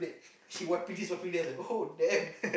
she wiping this wiping then I was like oh damn